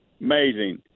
Amazing